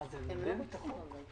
זה נוגד את החוק?